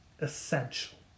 essential